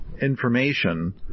information